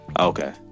Okay